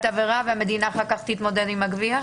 העבירה והמדינה אחר כך תתמודד עם הגבייה?